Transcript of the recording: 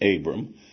Abram